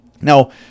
Now